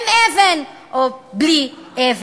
עם אבן או בלי אבן?